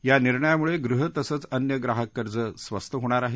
या निर्णयामुळे गृह तसंच अन्य ग्राहक कर्ज स्वस्त होणार आहेत